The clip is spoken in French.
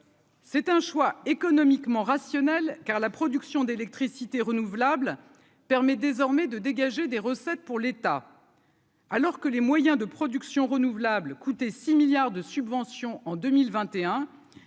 C'est un choix économiquement rationnel, car la production d'électricité renouvelable permet désormais de dégager des recettes pour l'État. Alors que les moyens de production renouvelable coûté 6 milliards de subventions en 2021